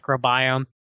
microbiome